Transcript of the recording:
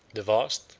the vast,